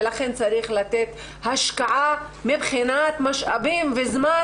ולכן צריך לתת השקעה מבחינת משאבים וזמן.